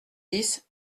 dix